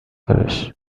براش